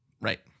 Right